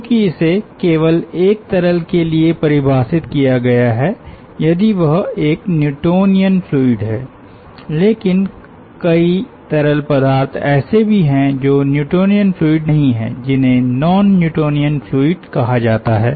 क्योंकि इसे केवल एक तरल के लिए परिभाषित किया गया है यदि वह एक न्यूटोनियन फ्लूइड है लेकिन कई तरल पदार्थ ऐसे भी हैं जो न्यूटोनियन फ्लूइड नहीं हैं जिन्हें नॉन न्यूटोनियन फ्लूइड कहा जाता है